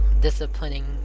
disciplining